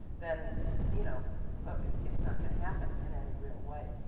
then you know it's not going to happen in any real way.